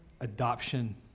adoption